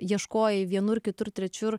ieškojai vienur kitur trečiur